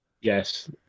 Yes